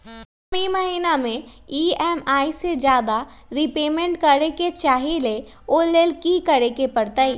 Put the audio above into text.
हम ई महिना में ई.एम.आई से ज्यादा रीपेमेंट करे के चाहईले ओ लेल की करे के परतई?